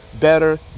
better